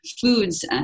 foods